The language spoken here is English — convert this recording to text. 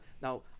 Now